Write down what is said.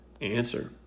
Answer